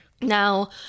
Now